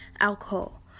alcohol